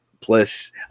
Plus